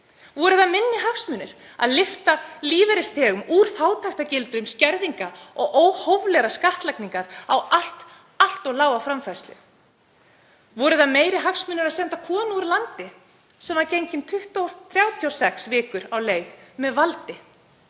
Voru það minni hagsmunir að lyfta lífeyrisþegum úr fátæktargildrum skerðinga og óhóflegrar skattlagningar á allt of lága framfærslu? Voru það meiri hagsmunir að senda konu úr landi sem var gengin 36 vikur á leið með valdi,